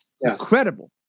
Incredible